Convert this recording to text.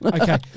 Okay